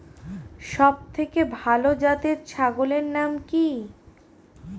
সবথেকে ভালো জাতের ছাগলের নাম কি?